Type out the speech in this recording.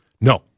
No